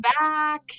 back